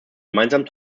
gemeinsamen